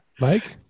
Mike